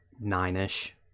nine-ish